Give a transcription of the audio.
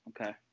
Okay